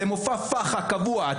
זה מופע פח"ע קבוע.